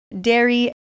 dairy